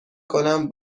کنم